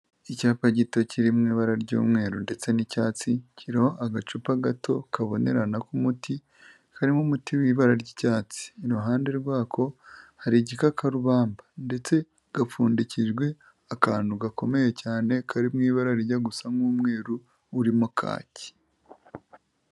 Icyapa gito kiri mu ibara ry'umweru ndetse n'icyatsi, kiriho agacupa gato kabonerana k'umuti karimo umuti w'ibara ry'icyatsi. Iruhande rwako hari igikakarubamba ndetse gapfundikijwe akantu gakomeye cyane kari mu ibara rijya gusa nk'umweru urimo kaki.